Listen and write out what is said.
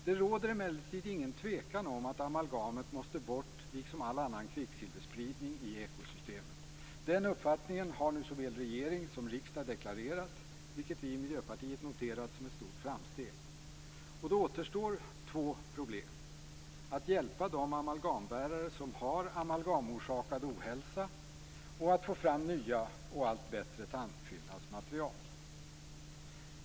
Det råder emellertid ingen tvekan om att amalgamet måste bort, liksom all annan kvicksilverspridning i ekosystemet. Den uppfattningen har nu såväl regering som riksdag deklarerat, vilket vi i Miljöpartiet noterat som ett stort framsteg. Då återstår två problem, nämligen att hjälpa de amalgambärare som har amalgamorsakad ohälsa och att få fram nya och allt bättre tandfyllnadsmaterial.